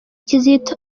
kizito